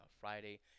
Friday